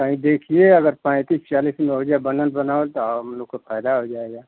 कहीं देखिए अगर पैंतीस चालीस में हो जाए बनल बनावल तो हम लोग को फायदा हो जाएगा